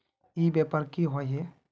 ई व्यापार की होय है?